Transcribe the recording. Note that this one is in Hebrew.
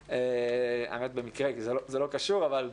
האמת במקרה, זה לא קשור, אבל,